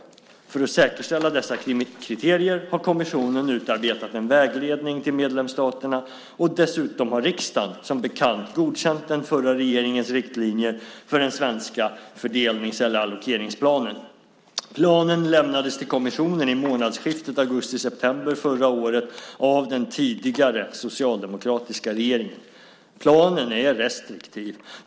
För att säkerställa dessa kriterier har kommissionen utarbetat en vägledning till medlemsstaterna, och dessutom har riksdagen som bekant godkänt den förra regeringens riktlinjer för den svenska allokeringsplanen. Planen lämnades till kommissionen i månadsskiftet augusti/september förra året av den tidigare socialdemokratiska regeringen. Planen är restriktiv.